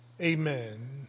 amen